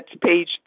page